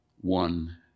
one